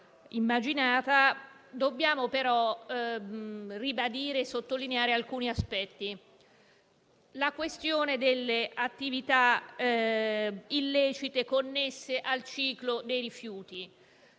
immaginata. Dobbiamo però ribadire e sottolineare alcuni aspetti. Comincio dalla questione delle attività illecite connesse al ciclo dei rifiuti.